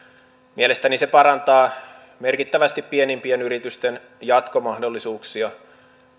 mielestäni se parantaa merkittävästi pienimpien yritysten jatkomahdollisuuksia